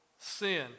sin